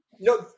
No